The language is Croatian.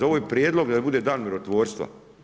Ovo je prijedlog da bude dan mirotvorstva.